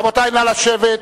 רבותי, נא לשבת.